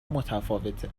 متفاوته